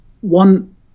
One